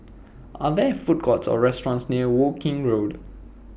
Are There Food Courts Or restaurants near Woking Road